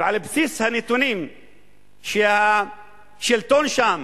ועל בסיס הנתונים שהשלטון שם